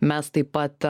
mes taip pat